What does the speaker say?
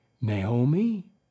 Naomi